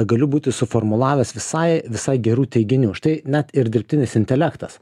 galiu būti suformulavęs visai visai gerų teiginių štai net ir dirbtinis intelektas